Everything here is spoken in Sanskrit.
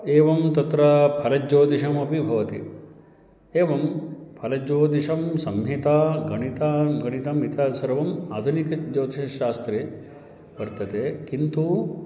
एवं तत्र फलज्योतिषमपि भवति एवं फलज्योतिषं संहिता गणितं गणितम् इतादि सर्वम् आधुनिकज्योतिशास्त्रे वर्तते किन्तु